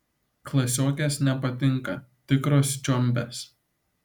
klasiokės nepatinka tikros čiombės